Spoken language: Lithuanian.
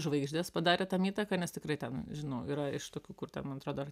žvaigždės padarė tam įtaką nes tikrai ten žinau yra iš tokių kur ten man atrodo ar